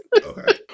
okay